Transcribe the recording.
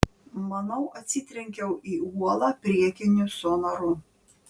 manau atsitrenkiau į uolą priekiniu sonaru